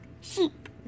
Sheep